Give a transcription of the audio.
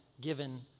given